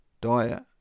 diet